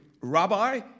Rabbi